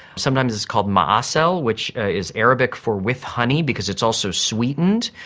sometimes it's called mu'assel, which is arabic for with honey because it's also sweetened,